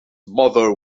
mother